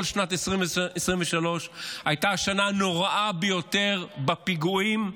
כל שנת 2023 הייתה השנה הנוראה ביותר בפיגועים.